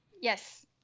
Yes